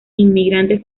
inmigrantes